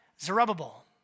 Zerubbabel